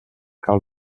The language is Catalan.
cal